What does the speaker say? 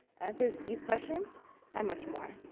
answers these questions and much more.